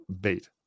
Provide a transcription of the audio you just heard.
bait